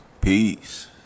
peace